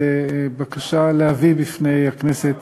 זו בקשה להביא בפני הכנסת